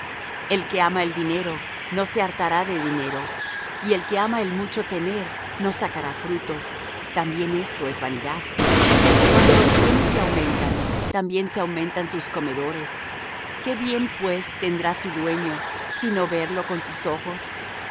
el que ama el dinero no se hartará de dinero y el que ama el mucho tener no sacará fruto también esto es vanidad cuando los bienes se aumentan también se aumentan sus comedores qué bien pues tendrá su dueño sino ver los con sus ojos